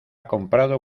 comprado